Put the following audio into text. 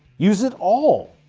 use it all.